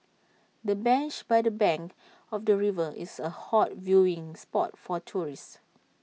the bench by the bank of the river is A hot viewing spot for tourists